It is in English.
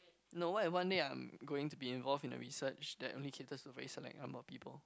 no what if one day I'm going to be involved in a research that only caters to very select number of people